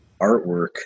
artwork